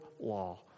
law